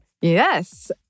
Yes